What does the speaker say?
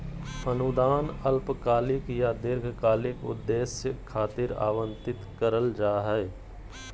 अनुदान अल्पकालिक या दीर्घकालिक उद्देश्य खातिर आवंतित करल जा हय